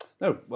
no